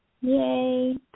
Yay